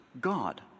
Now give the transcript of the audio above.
God